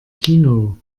kino